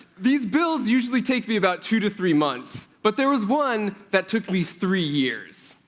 these builds usually take me about two to three months, but there was one that took me three years.